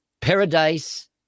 Paradise